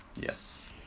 Yes